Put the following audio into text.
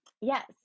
yes